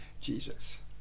Jesus